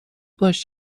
باش